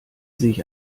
sich